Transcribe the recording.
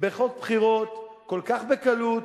בחוק בחירות כל כך בקלות,